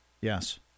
Yes